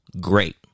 great